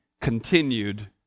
continued